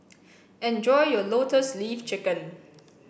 enjoy your lotus leaf chicken